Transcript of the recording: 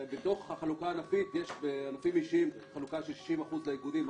כשבתוך החלוקה הענפית יש בענפים אישיים חלוקה של 60% לאיגודים,